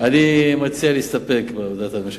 אני מציע להסתפק בהודעת הממשלה.